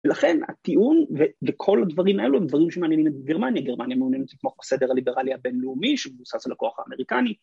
ולכן הטיעון וכל הדברים האלו הם דברים שמעניינים את גרמניה, גרמניה מעוניינת לתמוך בסדר הליברלי הבינלאומי שהוא מבוסס על הכוח האמריקני.